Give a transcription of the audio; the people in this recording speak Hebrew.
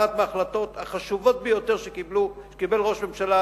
אחת ההחלטות החשובות ביותר שקיבל ראש ממשלה